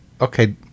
okay